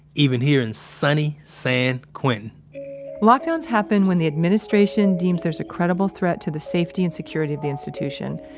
even here in sunny san quentin lockdowns happen when the administration deems there's a credible threat to the safety and security of the institution,